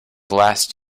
last